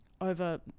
over